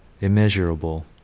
immeasurable